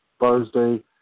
Thursday